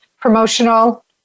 promotional